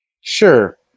Sure